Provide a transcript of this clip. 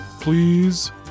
please